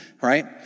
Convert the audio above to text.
right